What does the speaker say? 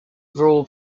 rule